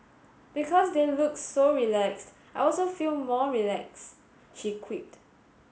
because they look so relaxed I also feel more relaxed she quipped